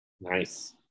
nice